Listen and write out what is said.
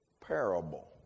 parable